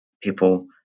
people